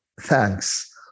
thanks